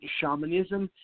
shamanism